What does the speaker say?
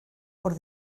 por